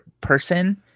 person